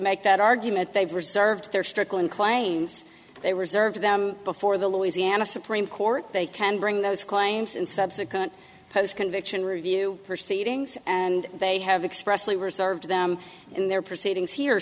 make that argument they reserved their strickland claims they reserved them before the louisiana supreme court they can bring those clients in subsequent post conviction review for seedings and they have expressly reserved them in their proceedings here